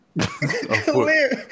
Clearly